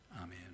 Amen